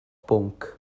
bwnc